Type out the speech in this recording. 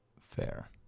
Fair